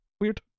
Weird